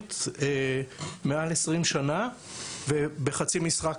הציבורית מעל 20 שנה - בחצי משרה,